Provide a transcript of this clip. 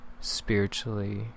spiritually